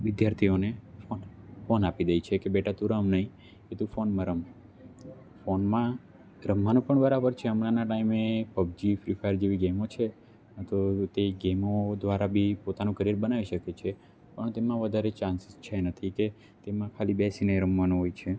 વિદ્યાર્થીઓને ફોન આપી દે છે કે બેટા તું રમ નઈ કે તું ફોનમાં રમ ફોનમાં રમવાનું પણ બરાબર છે હમણાંના ટાઈમે પબ્જી ફ્રી ફાયર જેવી ગેમો છે તે ગેમો દ્વારા બી પોતાનું કરિઅર બનાવી શકે છે પણ તેમનો વધારે ચાન્સીસ છે નથી કે તેમાં ખાલી બેસીને રમવાનું હોય છે